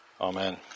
Amen